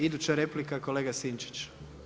Iduća replika kolega Sinčić.